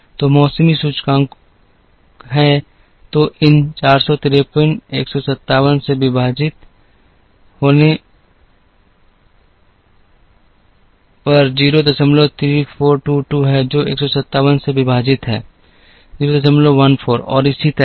तो मौसमी सूचकांकों हैं तो इन 453 157 से विभाजित 03422 है जो 157 से विभाजित है 014 और इसी तरह